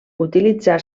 utilitzar